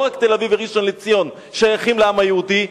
לא רק תל-אביב וראשון-לציון שייכות לעם היהודי,